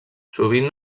sovint